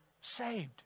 saved